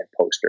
poster